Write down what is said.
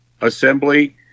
assembly